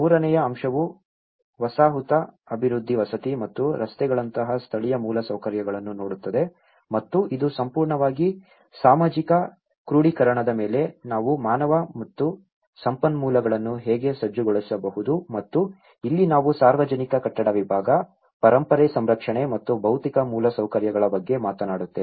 ಮೂರನೆಯ ಅಂಶವು ವಸಾಹತು ಅಭಿವೃದ್ಧಿ ವಸತಿ ಮತ್ತು ರಸ್ತೆಗಳಂತಹ ಸ್ಥಳೀಯ ಮೂಲಸೌಕರ್ಯಗಳನ್ನು ನೋಡುತ್ತದೆ ಮತ್ತು ಇದು ಸಂಪೂರ್ಣವಾಗಿ ಸಾಮಾಜಿಕ ಕ್ರೋಢೀಕರಣದ ಮೇಲೆ ನಾವು ಮಾನವ ಮತ್ತು ಸಂಪನ್ಮೂಲಗಳನ್ನು ಹೇಗೆ ಸಜ್ಜುಗೊಳಿಸಬಹುದು ಮತ್ತು ಇಲ್ಲಿ ನಾವು ಸಾರ್ವಜನಿಕ ಕಟ್ಟಡ ವಿಭಾಗ ಪರಂಪರೆ ಸಂರಕ್ಷಣೆ ಮತ್ತು ಭೌತಿಕ ಮೂಲಸೌಕರ್ಯಗಳ ಬಗ್ಗೆ ಮಾತನಾಡುತ್ತೇವೆ